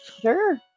Sure